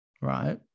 right